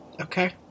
Okay